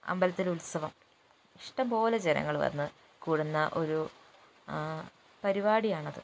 അമ്പലത്തിൽ ഉത്സവം ഇഷ്ടംപോലെ ജനങ്ങൾ വന്നു കൂടുന്ന ഒരു പരിപാടിയാണത്